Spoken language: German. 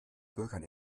bürgern